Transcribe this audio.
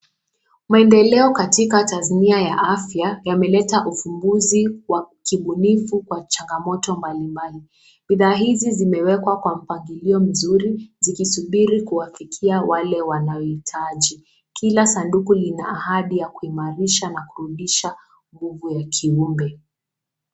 Maendeleo katika thazmia ya afya yameleta ufumbuzi wa kibunifu kwa changamoto mbalimbali. Bidhaa hizi zimewekwa kwa mpangilio mzuri zikisubiri kuwafikia wale wanaohitaji. Kila sanduku lina ahadi ya kuimarisha na kurudisha nguvu ya kiumbe.